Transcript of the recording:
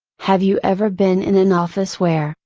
have you ever been in an office where,